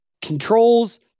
controls